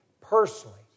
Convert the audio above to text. personally